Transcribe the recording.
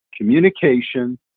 communication